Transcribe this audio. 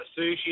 sushi